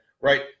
right